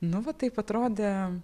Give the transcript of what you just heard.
nu va taip atrodė